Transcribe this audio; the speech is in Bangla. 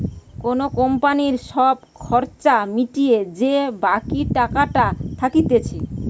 কোন কোম্পানির সব খরচা মিটিয়ে যে বাকি টাকাটা থাকতিছে